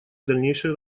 дальнейшей